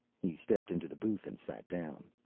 he stepped into the booth and sat down.